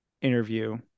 interview